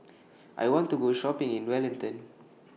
I want to Go Shopping in Wellington